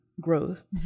growth